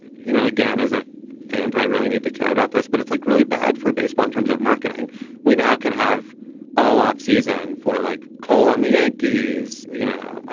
you know, again, as a fan, do i really need to care about this? but it's like really bad for baseball in terms of marketing we now can have all offseason for like call on the yankees, you know,